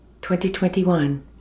2021